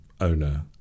owner